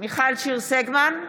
מיכל שיר סגמן,